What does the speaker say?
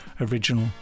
original